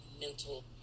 mental